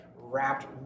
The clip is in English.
wrapped